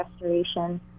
restoration